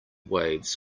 waves